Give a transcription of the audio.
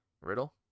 Riddle